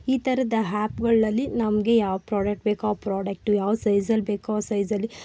ಈ ಥರದ ಹ್ಯಾಪ್ಗಳಲ್ಲಿ ನಮಗೆ ಯಾವ ಪ್ರಾಡಕ್ಟ್ ಬೇಕು ಆ ಪ್ರಾಡಕ್ಟ್ ಯಾವ ಸೈಝಲ್ಲಿ ಬೇಕು ಆ ಸೈಝಲ್ಲಿ